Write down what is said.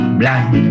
blind